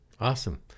Awesome